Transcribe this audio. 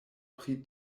pri